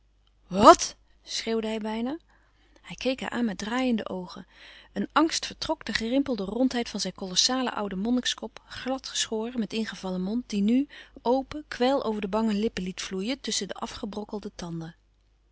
schreeuwde hij bijna hij keek haar aan met draaiende oogen een angst vertrok de gerimpelde rondheid van zijn kolossalen ouden monnikskop gladgeschoren met ingevallen mond die nu open kwijl over de bange lippen liet vloeien tusschen de afgebrokkelde tanden